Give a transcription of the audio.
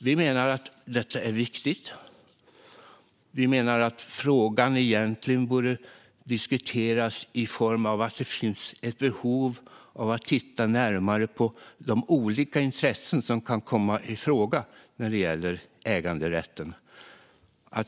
Vi menar att detta är viktigt. Vi menar att frågan egentligen borde diskuteras utifrån att det finns ett behov av att titta närmare på de olika intressen som kan komma i fråga när det gäller äganderätten.